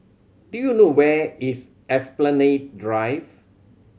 do you know where is Esplanade Drive